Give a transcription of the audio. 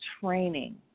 training